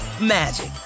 magic